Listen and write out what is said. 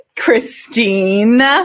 Christine